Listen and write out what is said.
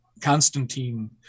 Constantine